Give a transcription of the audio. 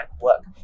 work